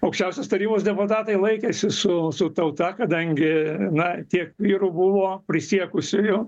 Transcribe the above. aukščiausios tarybos deputatai laikėsi su su tauta kadangi na tiek vyrų buvo prisiekusiųjų